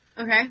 Okay